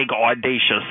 audacious